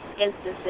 instances